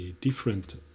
different